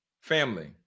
Family